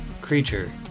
creature